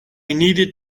needed